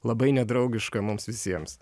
labai nedraugiška mums visiems